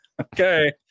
Okay